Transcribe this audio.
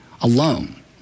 alone